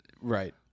Right